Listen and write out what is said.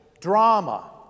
drama